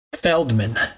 Feldman